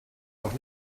auch